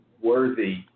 worthy